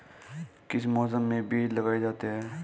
किस मौसम में बीज लगाए जाते हैं?